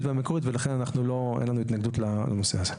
והמקורית ולכן אין לנו התנגדות לנושא הזה.